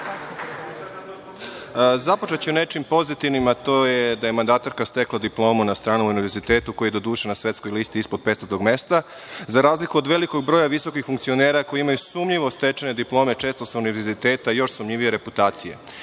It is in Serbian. Započeću nečim pozitivnim, a to je da je mandatarka stekla diplomu na stranom univerzitetu, koji doduše na svetskoj listi ispod petstotog mesta, za razliku od velikog broja visokih funkcionera koji imaju sumnjivo stečene diplome, često sa univerziteta, još sumnjivije reputacije. Nažalost,